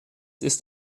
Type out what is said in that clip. ist